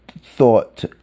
thought